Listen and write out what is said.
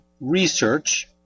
Research